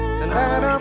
tonight